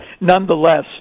Nonetheless